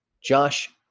Josh